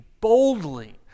boldly